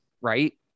right